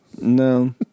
No